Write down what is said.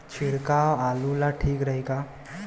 छिड़काव आलू ला ठीक रही का?